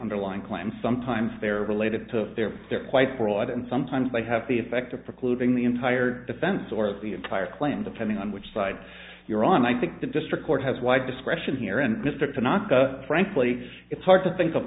underlying claims sometimes they're related to their they're quite broad and sometimes they have the effect of precluding the entire defense or the entire clan depending on which side you're on i think the district court has wide discretion here and district to not go frankly it's hard to think of